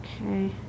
Okay